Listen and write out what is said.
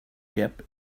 gap